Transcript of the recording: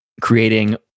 creating